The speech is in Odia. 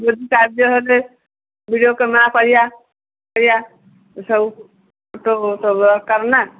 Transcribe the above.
ଯଦି କାର୍ଯ୍ୟ ହେଲେ ଭିଡିଓ କ୍ୟାମେରା କରିବା ଏ ସବୁ ଫଟୋ କରିବା